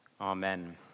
Amen